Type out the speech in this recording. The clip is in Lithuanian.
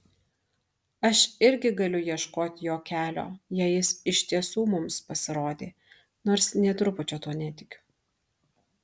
aš irgi galiu ieškot jo kelio jei jis iš tiesų mums pasirodė nors nė trupučio tuo netikiu